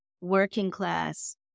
working-class